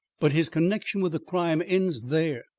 but his connection with the crime ends there.